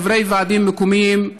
חברי ועדים מקומיים,